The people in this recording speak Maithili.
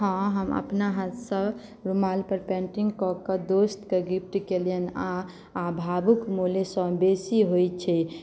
हँ हम अपना हाथसँ रुमाल पर पेंटिंग कऽ कऽ अपन दोस्तकेँ गिफ्ट केलियनि आ भावुक मूल्यसँ बेसी होइत छै